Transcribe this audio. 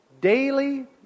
daily